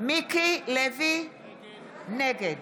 נגד